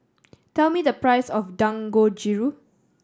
tell me the price of Dangojiru